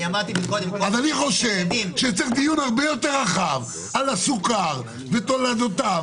אז אני חושב שצריך דיון הרבה יותר רחב על הסוכר ותולדותיו.